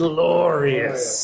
Glorious